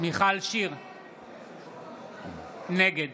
נגד